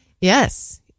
Yes